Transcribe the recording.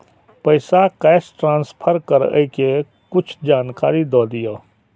पैसा cash transfer करऐ कि कुछ जानकारी द दिअ